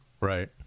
Right